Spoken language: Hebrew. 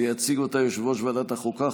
ויציג אותה יושב-ראש ועדת החוקה,